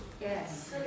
Yes